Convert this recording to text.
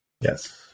Yes